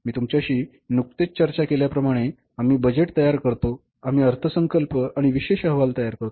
मी तुमच्याशी नुकतेच चर्चा केल्याप्रमाणे आम्ही बजेट तयार करतो आम्ही अर्थसंकल्प आणि विशेष अहवाल तयार करतो